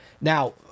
Now